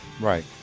Right